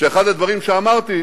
אחד הדברים שאמרתי,